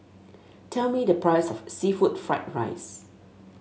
tell me the price of seafood Fried Rice